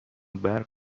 برق